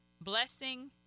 blessing